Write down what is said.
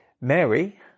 Mary